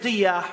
בטיח,